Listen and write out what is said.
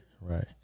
Right